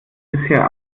bisher